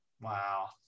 Wow